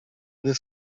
this